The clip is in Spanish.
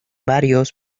varios